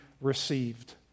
received